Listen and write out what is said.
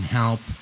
help